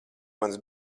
mans